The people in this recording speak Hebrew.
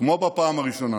כמו בפעם הראשונה.